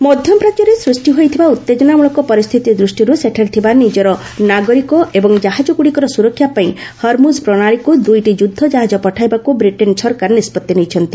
UK warship ମଧ୍ୟପ୍ରାଚ୍ୟରେ ସୃଷ୍ଟି ହୋଇଥିବା ଉତ୍ତେଜନାମଳକ ପରିସ୍ଥିତି ଦୃଷ୍ଟିରୁ ସେଠାରେ ଥିବା ନିଜର ନାଗରିକ ଏବଂ କାହାଜଗୁଡ଼ିକର ସୁରକ୍ଷା ପାଇଁ ହର୍ମୁଜ୍ ପ୍ରଣାଳୀକୁ ଦୁଇଟି ଯୁଦ୍ଧ ଜାହାଜ ପଠାଇବାକୁ ବ୍ରିଟେନ୍ ସରକାର ନିଷ୍କଉି ନେଇଛନ୍ତି